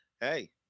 hey